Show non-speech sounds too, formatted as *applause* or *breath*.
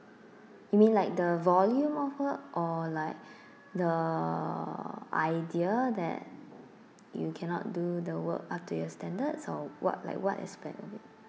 you mean like the volume of work or like *breath* the idea that you cannot do the work up to your standard so what like what aspect of it